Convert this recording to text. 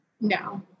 No